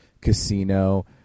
Casino